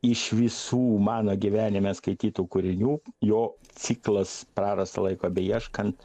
iš visų mano gyvenime skaitytų kūrinių jo ciklas prarasto laiko beieškan